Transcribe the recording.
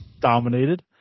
dominated